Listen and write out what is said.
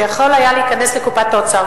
שהיה יכול להיכנס לקופת האוצר.